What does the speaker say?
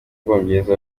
bwongereza